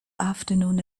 afternoon